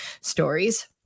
stories